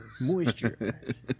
moisturize